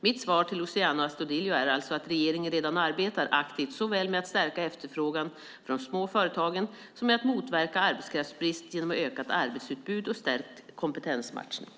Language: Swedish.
Mitt svar till Luciano Astudillo är alltså att regeringen redan arbetar aktivt såväl med att stärka efterfrågan för de små företagen som med att motverka arbetskraftsbrist genom ökat arbetsutbud och stärkt kompetensmatchning.